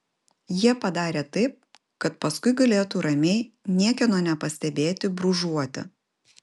jie padarė taip kad paskui galėtų ramiai niekieno nepastebėti brūžuoti